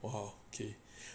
!wow! okay